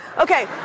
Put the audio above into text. Okay